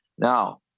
Now